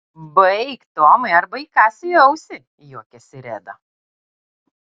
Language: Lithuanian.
baik tomai arba įkąsiu į ausį juokėsi reda